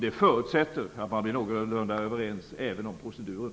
Det förutsätter att man blir någorlunda överens, även om proceduren.